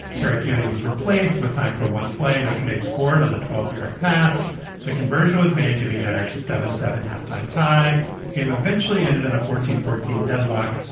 very cute and he was replaced with time for one play notre dame scored on a twelve yard pass the conversion was made giving the irish a seven seven halftime tie the game eventually ended in a fourteen fourteen deadlock.